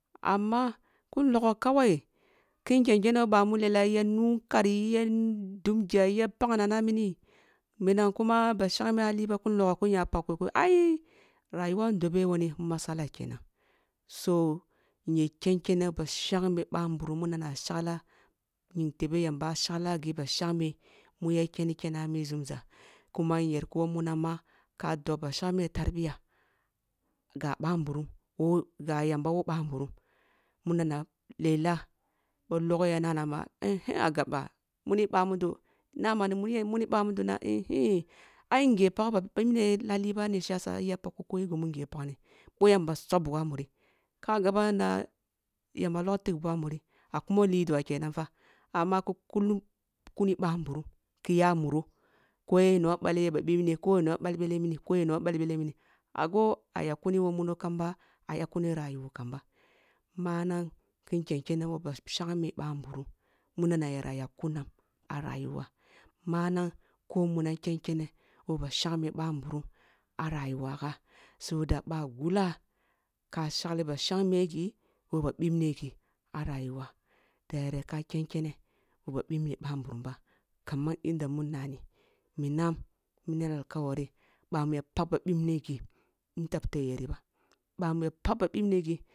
Amma kin logho kawai kin kenkene woh bamu ammay a nu nkari ya dum gye ya pag nana mini minam kuma ba shangme hali ba kin logho ki iya pag koikoyo ai rayuwam dobe wani masala kenan so nye ken kene ba shangme ba nburum munana shagla ying tebe yambo shagla ghi ba shangme mu yakeni kene ah mi nzumza kuma nyer ki woh munam ma ka dob ba shangme tarbiya ga ba nburum ga yamba woh banburum munana lela boh logho ya nana ma ehen ah gab bah mun. Ъah mun mudo nanan muni yen muni ъamudo na ihin ai nge pag ba bibne hali bane shiyasa iya pag kolkoye ghimu ngye pagni boh yamba sub bug ah mun ka gab na yamba log tig bug ah muri ah kumu lidua kenan fa ama ki kullum kum ъanbwum kiyab muro ko ye no ъale ya ba ъibne ko yo no bal ъele mini-ko yo no ъele mini ago ayak kuni who muno kamba ayakak kum rayuwo kamba manang kin ken kene woh ba shangme ъanburum munana yara yak kunam arauwa manang ko munam ya ken kenen woh wah shangme banburum ah rayuwa gha so da ba gulla ka shagli ba shangme ghe woh ba bibne ghi ah rayuwo da yere ka ken kenen woh ba bibne ъa nbu rum ba kaman yanda mun nam minam bamu ya pag ba bibne ghi ntab te yero ba ъamu ya pagba bibne ghi